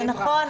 זה נכון,